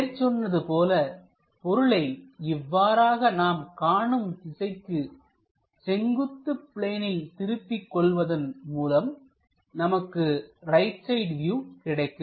மேற்சொன்னது போலபொருளை இவ்வாறாக நாம் காணும் திசைக்கு செங்குத்து பிளேனின் திருப்பிக் கொள்வதன் மூலம் நமக்கு ரைட் சைட் வியூ கிடைக்கும்